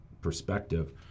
perspective